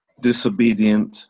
Disobedient